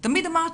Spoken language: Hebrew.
תמיד אמרתי,